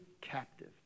captive